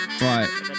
Right